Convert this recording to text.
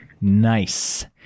Nice